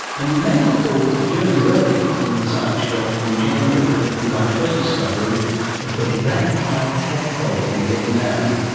and you may recall jodi rowley in the science show in january talking about her discovery of the vampire tadpole in vietnam.